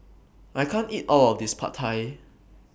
I can't eat All of This Pad Thai